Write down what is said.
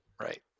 Right